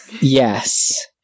Yes